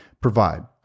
Provide